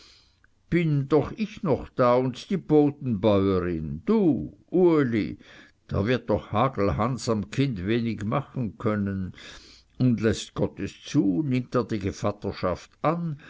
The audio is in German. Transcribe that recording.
bin doch ich noch da und die bodenbäuerin du uli da wird doch hagelhans am kind wenig machen können und läßt gott es zu nimmt er die gevatterschaft an